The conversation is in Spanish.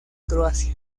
croacia